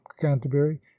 canterbury